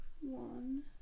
one